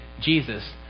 Jesus